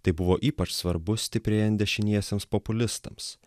tai buvo ypač svarbu stiprėjant dešiniesiems populistams